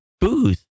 booth